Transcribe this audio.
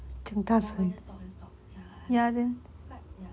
never mind never mind just talk just talk ya I talk what ya